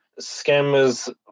scammers